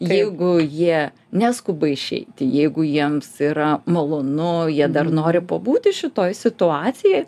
jeigu jie neskuba išeiti jeigu jiems yra malonu jie dar nori pabūti šitoj situacijoj